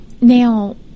Now